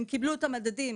הם קיבלו את המדדים